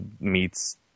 meets